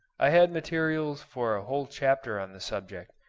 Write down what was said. i had materials for a whole chapter on the subject,